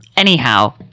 Anyhow